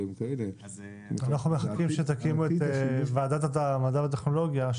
אנחנו מחכים שתקימו את ועדת המדע והטכנולוגיה,